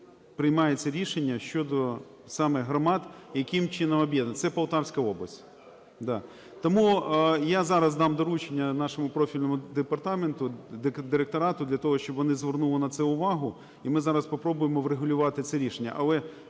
приймається рішення щодо саме громад, яким чином об'єднувати. Це Полтавська область, да. Тому я зараз дам доручення нашому профільному департаменту, директорату для того, щоб вони звернули на це увагу, і ми зараз попробуємо врегулювати це рішення.